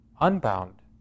unbound